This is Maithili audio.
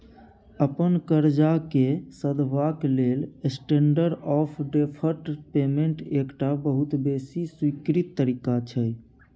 अपन करजा केँ सधेबाक लेल स्टेंडर्ड आँफ डेफर्ड पेमेंट एकटा बहुत बेसी स्वीकृत तरीका छै